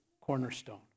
cornerstone